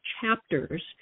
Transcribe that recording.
chapters